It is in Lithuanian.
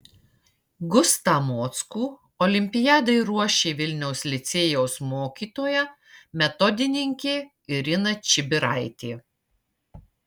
gustą mockų olimpiadai ruošė vilniaus licėjaus mokytoja metodininkė irina čibiraitė